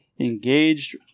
engaged